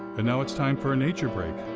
and now it's time for a nature break.